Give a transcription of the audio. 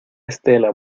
estela